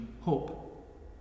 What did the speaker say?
hope